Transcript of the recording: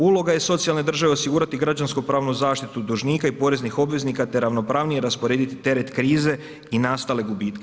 Uloga je socijalne države osigurati građanskopravnu zaštitu dužnika i poreznih obveznika te ravnopravnije rasporediti teret krize i nastale gubitke.